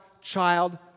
child